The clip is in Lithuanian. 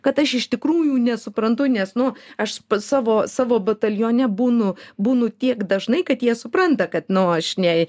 kad aš iš tikrųjų nesuprantu nes nu aš savo savo batalione būnu būnu tiek dažnai kad jie supranta kad nu aš ne